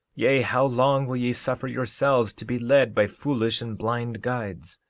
yea, how long will ye suffer yourselves to be led by foolish and blind guides?